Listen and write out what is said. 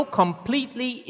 completely